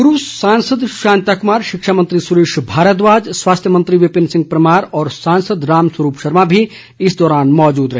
पूर्व सांसद शांता कुमार शिक्षा मंत्री सुरेश भारद्वाज स्वास्थ्य मंत्री विपिन परमार और सांसद राम स्वरूप शर्मा भी इस दौरान मौजूद रहे